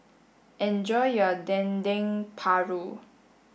enjoy your Dendeng Paru